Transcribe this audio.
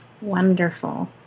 Wonderful